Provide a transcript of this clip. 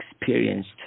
experienced